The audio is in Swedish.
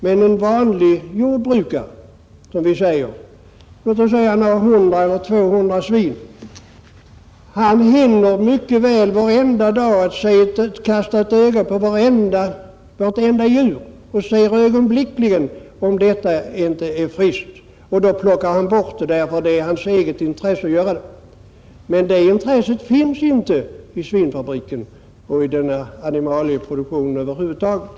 Men en vanlig jordbrukare med t.ex. 100 eller 200 djur hinner mycket väl varje dag kasta ett öga på vartenda djur och ser ögonblickligen, om något inte är friskt. Då tar han ut detta — det är i hans eget intresse att göra det. Men det intresset finns inte i svinfabriken och inte inom den ”fabriksmässiga” animalieproduktionen över huvud taget.